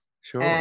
Sure